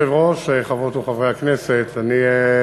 הדיון.